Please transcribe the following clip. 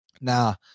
Now